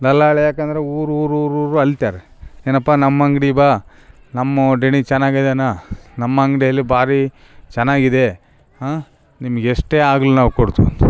ದಲ್ಲಾಳಿ ಯಾಕಂದರೆ ಊರೂರೂರೂರು ಅಲೀತಾರೆ ಏನಪ್ಪಾ ನಮ್ಮ ಅಂಗಡಿ ಬಾ ನಮ್ಮ ಒಡೇಣಿ ಚೆನ್ನಾಗಿದೇನಾ ನಮ್ಮ ಅಂಗಡಿಯಲ್ಲಿ ಭಾರಿ ಚೆನ್ನಾಗಿದೆ ಹಾಂ ನಿಮಗೆಷ್ಟೇ ಆಗ್ಲಿ ನಾವು ಕೊಡ್ತಿವಿ